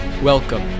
Welcome